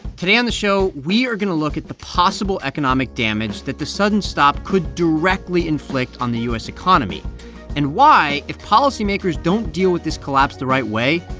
today on the show, we are going to look at the possible economic damage that the sudden stop could directly inflict on the u s. economy and why, if policymakers don't deal with this collapse the right way,